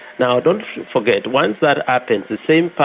now don't forget, once that happens the same